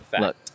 Look